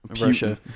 Russia